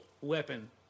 weapon